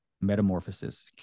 metamorphosis